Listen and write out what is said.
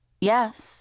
Yes